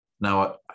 Now